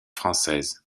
française